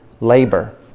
labor